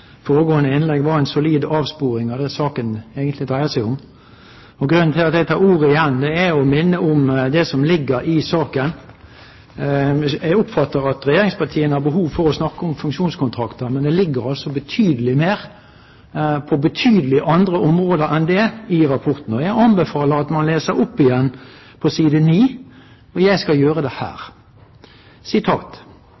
foregående innlegg var en solid avsporing av det denne saken egentlig dreier seg om. Grunnen til at jeg tar ordet igjen, er for å minne om det som ligger i saken. Jeg oppfatter at regjeringspartiene har behov for å snakke om funksjonskontrakter, men det ligger altså betydelig mer på helt andre områder enn det i rapporten. Jeg anbefaler at man leser om igjen på side 9. Der står det: